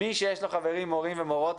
מי שיש לו חברים מורים ומורות,